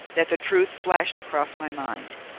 that the truth flashed across my mind.